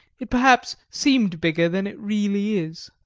it perhaps seemed bigger than it really is.